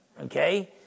Okay